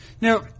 Now